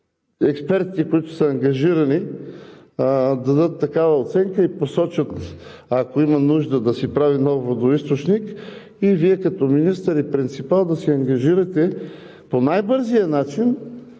експертите, които са ангажирани, да дадат такава оценка и посочат, ако има нужда да се прави нов водоизточник, а Вие, като министър и принципал, да се ангажирате по най-бързия начин